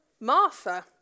Martha